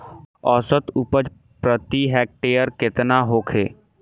औसत उपज प्रति हेक्टेयर केतना होखे?